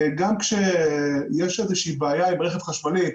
גם כשיש איזה שהיא בעיה עם רכב חשמלי.